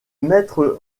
maître